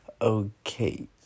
Okay